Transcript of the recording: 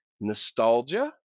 nostalgia